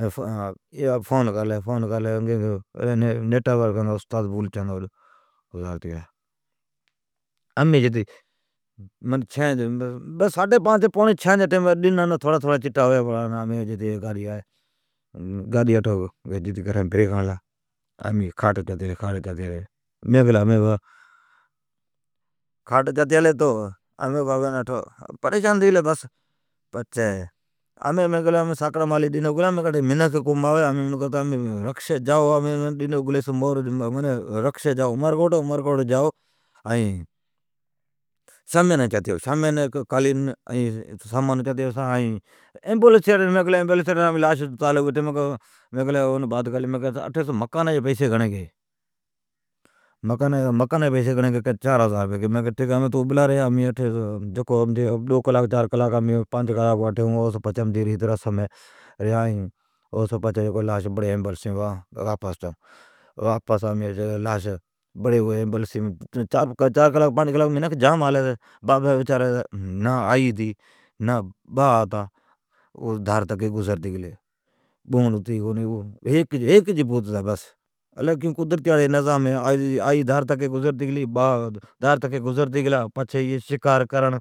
ازئین فون لگالی اگی اگی فون لگالی۔ ائین نیٹا پر لکھلی استاد بولچند اوڈ گذارتی گلا ۔امی جتی ساڈی چھی پوڑی پانچان جا ٹائیم ھوی ۔ڈن تھوڑا تھوڑا چٹا ھوی پلا ۔امی جتی پجلی۔ گاڈھی اٹھو جتی گھرین بریک ھنڑ لا ۔امی کھاٹ اچاتی آلی ۔ ھمی بابا اٹھو پریشان ھتی گلی بس ۔ ھمی مین کلی ساکڑا مالی منکھ کو ماوی ھیک رکشی جائو عمر کوٹ ۔ عمر کوٹ می سامیانی اچاتی آھو۔ ائین سامیانی ،کالین ،سامان اچاتی آھو۔ ائین ایمیبولیس یاڑین لاش اتاریلی اوی ٹائیم کیلی کی نتون اٹھیس مکانی جی پیشی گھنڑی گی ۔کہ چار ھزار رپیی مین کیلی ٹھکی ھی تون ابھلا ری اٹھی امچی ڈو کلاک ،چار کلاک ،یا پانچ کلاک ھی جکو امچی ریت رشم ھی ۔ اوس پچھی لاش بھڑی ایمیبولیسیم واپس اچائون جکار امیلاش بھڑی اوی ایمیبولیسم چار کلاک ،پانچ کلال منکھ جام آلی ھتی ۔بابی وچاری جی نہ آئی ھتی نہ باء ھتا۔ اوی ڈھار تکی گذرتی گلی ۔ بونڑ ھتی کنی ھیکچ پوت ھتا بس الی کیون قدرتی آڑی جا نظام ھی ۔ آئی ڈھار تکی گذرتی ھلی ،باء ڈھار تکیگذرتی گلا ۔ پچھی ائی شکار کرنڑ